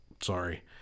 Sorry